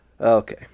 Okay